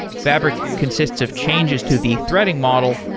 fabric consists of changes to the threading model,